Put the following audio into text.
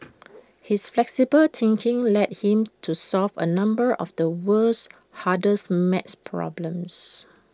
his flexible thinking led him to solve A number of the world's hardest math problems